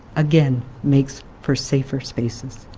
again, makes for safer spaces.